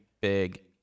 big